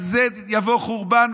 על זה יבוא חורבן.